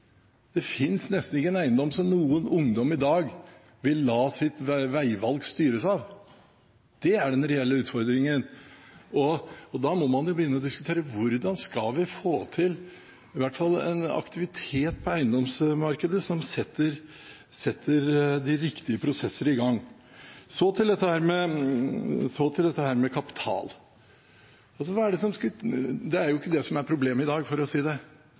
nok finnes en eiendom noen kan leve av. Det finnes nesten ikke en eiendom som noen ungdom i dag vil la sitt veivalg styres av. Det er den reelle utfordringen. Da må man jo begynne å diskutere hvordan vi skal få til i hvert fall en aktivitet på eiendomsmarkedet som setter de riktige prosesser i gang. Så til dette med kapital: Det er jo ikke det som er problemet i dag. Statskog-salget dokumenterer veldig godt at det